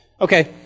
Okay